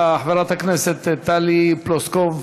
חברת הכנסת טלי פלוסקוב,